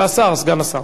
השר, סגן השר.